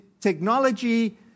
technology